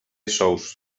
sous